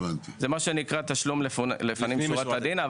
זה מה שנקרא "תשלום לפנים משורת הדין".